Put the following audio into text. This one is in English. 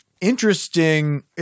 interesting